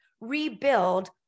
rebuild